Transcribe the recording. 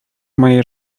mojej